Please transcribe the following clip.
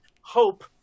hope